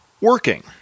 working